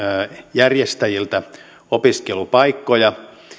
järjestäjiltä opiskelupaikkoja